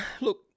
look